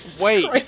Wait